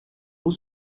pour